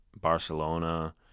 Barcelona